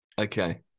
Okay